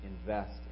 invest